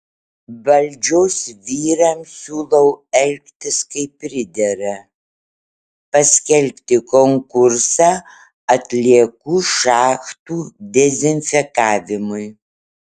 valdžios vyrams siūlau elgtis kaip pridera paskelbti konkursą atliekų šachtų dezinfekavimui